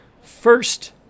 First